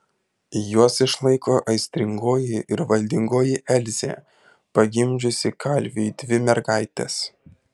juos išlaiko aistringoji ir valdingoji elzė pagimdžiusi kalviui dvi mergaites